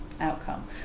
outcome